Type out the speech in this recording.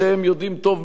ולכן הם יוצאים החוצה,